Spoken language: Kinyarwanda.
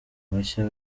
bashya